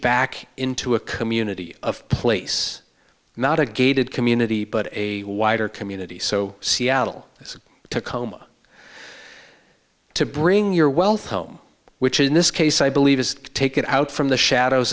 back into a community of place not a gated community but a wider community so seattle tacoma to bring your wealth home which in this case i believe is to take it out from the shadows